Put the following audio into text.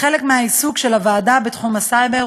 כחלק מהעיסוק של הוועדה בתחום הסייבר,